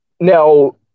Now